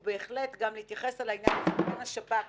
ובהחלט, גם להתייחס על העניין בין השב"כ